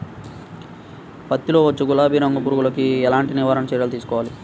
పత్తిలో వచ్చు గులాబీ రంగు పురుగుకి ఎలాంటి నివారణ చర్యలు తీసుకోవాలి?